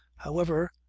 however,